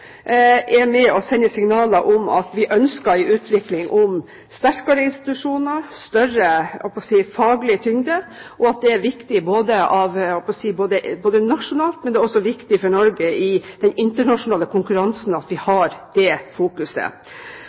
Regjeringen med sitt initiativ, SAK, er med på å sende signaler om at vi ønsker en utvikling mot sterkere institusjoner, større faglig tyngde. Det er viktig nasjonalt, men det er også viktig for Norge i den internasjonale konkurransen at vi har det fokuset.